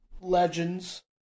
Legends